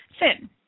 Sin